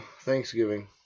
Thanksgiving